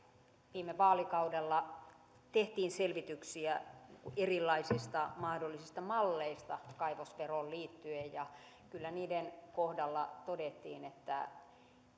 viime vaalikaudella tehtiin selvityksiä erilaisista mahdollisista malleista kaivosveroon liittyen ja kyllä niiden kohdalla todettiin että